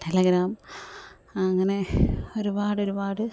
Telegram അങ്ങനെ ഒരുപാട് ഒരുപാട്